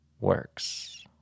works